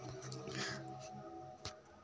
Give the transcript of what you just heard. हुनका सामाजिक माध्यम सॅ विज्ञापन में व्यय काम भेलैन